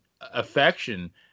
affection